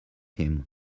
him